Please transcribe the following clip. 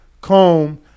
comb